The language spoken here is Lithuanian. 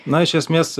na iš esmės